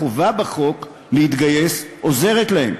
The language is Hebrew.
החובה בחוק להתגייס עוזרת להם,